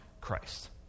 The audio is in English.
Christ